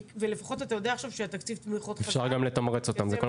ולפחות אתה יודע עכשיו שתקציב התמיכות חזר.